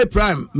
Prime